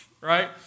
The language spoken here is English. right